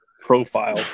profile